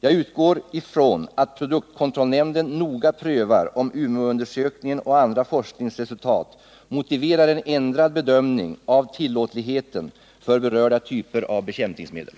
Jag utgår från att produktkontrollnämnden noga prövar om Umeåundersökningen och andra forskningsresultat motiverar en ändrad bedömning av tillåtligheten för berörda typer av bekämpningsmedel.